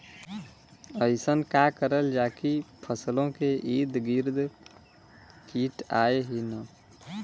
अइसन का करल जाकि फसलों के ईद गिर्द कीट आएं ही न?